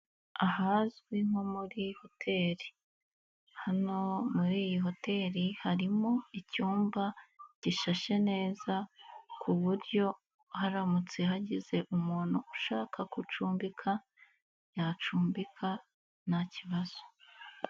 Ahazwi nko muri hotel. Hano muri iyi hotel harimo icyumba gishashe neza ku buryo haramutse hagize umuntu ushaka gucumbika yacumbika nta kibazo.